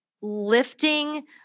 lifting